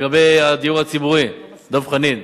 לגבי הדיור הציבורי, דב חנין,